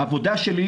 העבודה שלי,